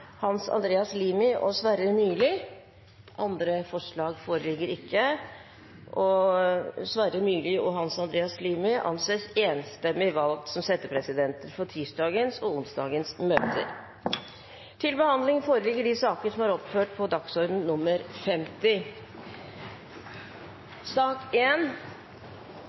Hans Andreas Limi og Sverre Myrli. – Andre forslag foreligger ikke, og Hans Andreas Limi og Sverre Myrli anses enstemmig valgt som settepresidenter for tirsdagens og onsdagens møter. Etter ønske fra helse- og omsorgskomiteen vil presidenten foreslå at taletiden blir begrenset til